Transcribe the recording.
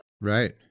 Right